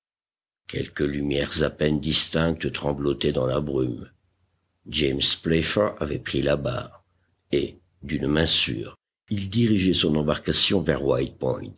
quelques lumières à peine distinctes tremblotaient dans la brume james playfair avait pris la barre et d'une main sûre il dirigeait son embarcation vers